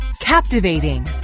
Captivating